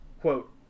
quote